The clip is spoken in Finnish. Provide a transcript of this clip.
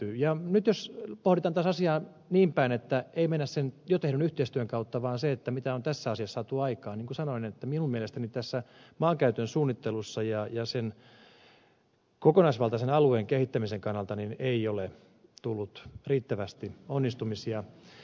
nyt jos pohditaan taas asiaa niinpäin että ei mennä sen jo tehdyn yhteistyön kautta vaan muistetaan se mitä on tässä asiassa saatu aikaan niin kuten sanoin minun mielestäni tässä maankäytön suunnittelussa sen alueen kokonaisvaltaisen kehittämisen kannalta ei ole tullut riittävästi onnistumisia